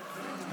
אדוני היושב-ראש,